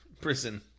prison